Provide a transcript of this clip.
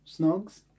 Snogs